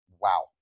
wow